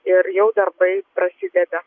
ir jau darbai prasideda